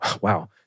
Wow